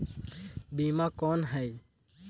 बीमा कौन है?